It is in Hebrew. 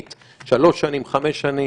של איכות סביבה,